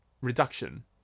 reduction